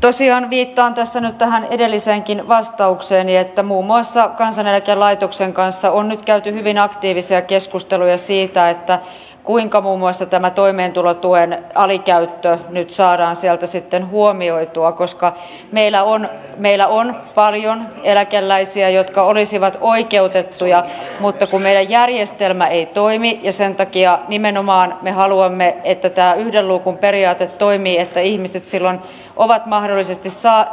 tosiaan viittaan tässä nyt tähän edelliseenkin vastaukseeni että muun muassa kansaneläkelaitoksen kanssa on nyt käyty hyvin aktiivisia keskusteluja siitä kuinka muun muassa toimeentulotuen alikäyttö nyt saadaan sieltä sitten huomioitua koska meillä on paljon eläkeläisiä jotka olisivat oikeutettuja siihen mutta kun meidän järjestelmä ei toimi ja sen takia nimenomaan me haluamme että tämä yhden luukun periaate toimii että ihmiset silloin mahdollisesti